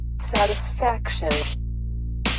satisfaction